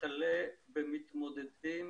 וכלה במתמודדים